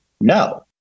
no